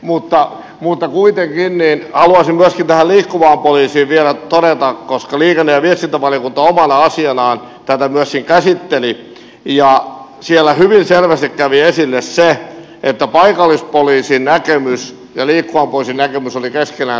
mutta kuitenkin haluaisin myöskin tästä liikkuvasta poliisista vielä todeta koska liikenne ja viestintävaliokunta omana asianaan tätä myöskin käsitteli että siellä hyvin selvästi kävi esille se että paikallispoliisin näkemys ja liikkuvan poliisin näkemys olivat keskenään täysin ristiriidassa